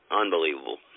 Unbelievable